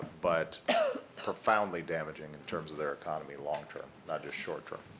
but profoundly damaging in terms of their economy long term, not just short term.